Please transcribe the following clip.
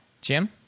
Jim